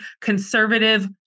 conservative